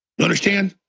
you understand?